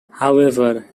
however